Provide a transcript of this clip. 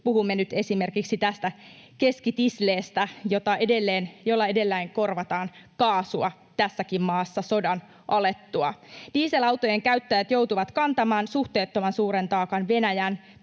puhumme nyt esimerkiksi tästä keskitisleestä, jolla edelleen korvataan kaasua tässäkin maassa sodan alettua. Dieselautojen käyttäjät joutuvat kantamaan suhteettoman suuren taakan Venäjän